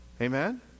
amen